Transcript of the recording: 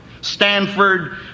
Stanford